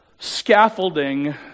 scaffolding